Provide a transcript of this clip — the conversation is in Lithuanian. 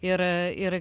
ir ir